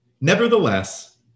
Nevertheless